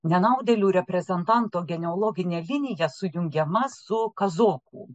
nenaudėlių reprezentanto genealoginė linija sujungiama su kazokų